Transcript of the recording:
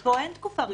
פה אין תקופה ראשונית.